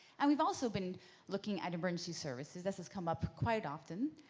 and we've also been looking at emergency services. this has come up quite often,